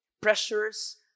pressures